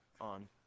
on